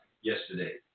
yesterday